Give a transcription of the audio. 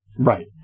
Right